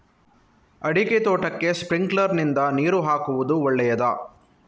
ಅಡಿಕೆ ತೋಟಕ್ಕೆ ಸ್ಪ್ರಿಂಕ್ಲರ್ ನಿಂದ ನೀರು ಹಾಕುವುದು ಒಳ್ಳೆಯದ?